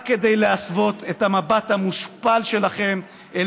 רק כדי להסוות את המבט המושפל שלכם אל